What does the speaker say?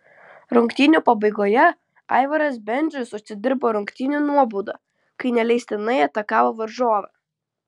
rungtynių pabaigoje aivaras bendžius užsidirbo rungtynių nuobaudą kai neleistinai atakavo varžovą